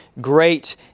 great